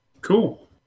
Cool